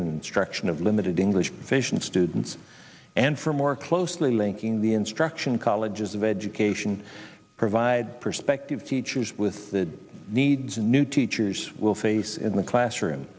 instruction of limited english vision students and for more closely linking the instruction colleges of education provide perspective teachers with the needs new teachers will face in the classroom